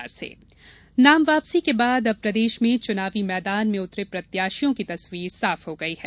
कुल प्रत्याशी नाम वापसी के बाद अब प्रदेश में चुनावी मैदान में उतरे प्रत्याशियों की तस्वीर साफ हो गई है